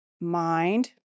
mind